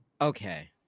Okay